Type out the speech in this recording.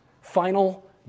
final